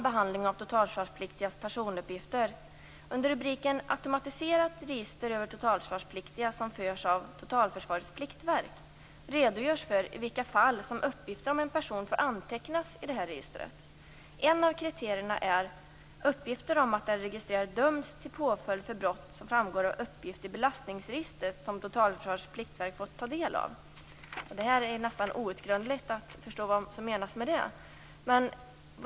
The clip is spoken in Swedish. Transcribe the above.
Under rubriken automatiserat register över totalförsvarspliktiga, som förs av Totalförsvarets pliktverk, redogörs för i vilka fall som uppgifter om en person får antecknas i registret. Ett av kriterierna är uppgifter om att den registrerade dömts till påföljd för brott som framgår av uppgift i belastningsregistret, som Totalförsvarets pliktverk har fått ta del av. Det är nästan outgrundligt att förstå vad som menas med detta.